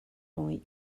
only